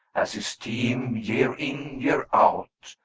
as his team, year in year out,